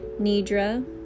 nidra